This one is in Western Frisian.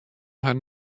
harren